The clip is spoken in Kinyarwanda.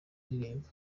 ndirimbo